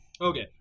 Okay